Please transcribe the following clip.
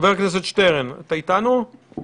כלי השב"כ הוא לא סתם כלי בארגז הכלים שאפשר להשתמש בו כל